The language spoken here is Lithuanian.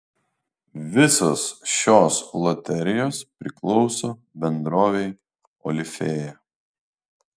visos šios loterijos priklauso bendrovei olifėja